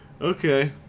Okay